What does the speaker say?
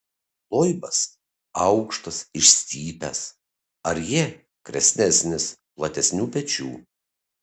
loibas aukštas išstypęs arjė kresnesnis platesnių pečių